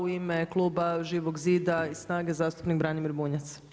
U ime kluba Živog zida i SNAGA-e zastupnik Branimir Bunjac.